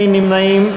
אין נמנעים.